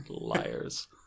Liars